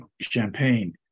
Champagne